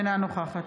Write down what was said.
אינה נוכחת